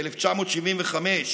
ב-1975.